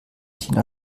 tina